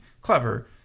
clever